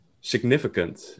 significant